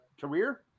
career